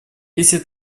если